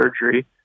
surgery